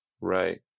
Right